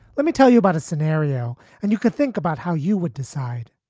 let me tell you about a scenario and you could think about how you would decide